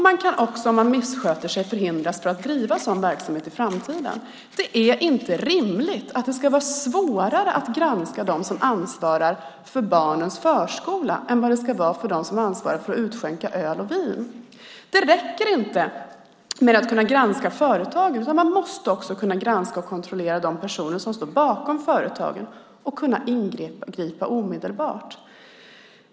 Man kan också, om man missköter sig, förhindras från att driva sådan verksamhet i framtiden. Det är inte rimligt att det ska vara svårare att granska dem som ansvarar för barnens förskola än dem som ansvarar för att utskänka öl och vin. Det räcker inte med att kunna granska företagen, utan man måste också kunna granska och kontrollera de personer som står bakom företagen och kunna ingripa omedelbart.